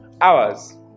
hours